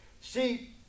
See